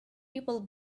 people